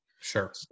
Sure